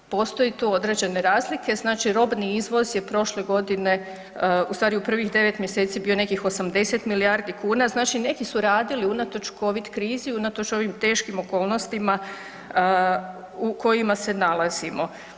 Postoje tu određene razlike, znači robni izvoz je prošle godine, u stvari u prvih 9. mjeseci bio nekih 80 milijardi kuna, znači neki su radili unatoč covid krizi, unatoč ovim teškim okolnostima u kojima se nalazimo.